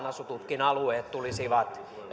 asutut alueet tulisivat